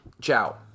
Ciao